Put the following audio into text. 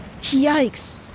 Yikes